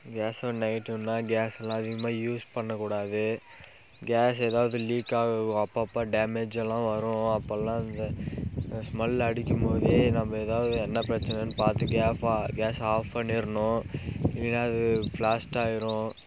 கேஸை நைட்டும்தான் கேஸ் எல்லாம் அதிகமாக யூஸ் பண்ணக்கூடாது கேஸ் எதாவது லீக்காக அப்பப்போ டேமேஜ் எல்லாம் வரும் அப்போலாம் இந்த ஸ்மெல் அடிக்கும்போதே நம்ப எதாவது என்ன பிரச்சனைனு பார்த்து கேஸை ஆஃப் பண்ணிருனும் இல்லைனா அது ப்ளாஸ்டாயிரும்